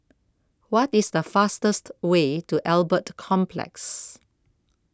what is the fastest way to Albert Complex